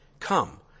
Come